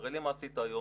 תראה לי מה עשית היום,